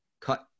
cut